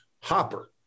hopper